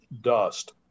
dust